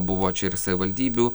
buvo čia ir savivaldybių